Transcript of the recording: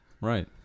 Right